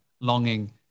longing